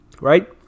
right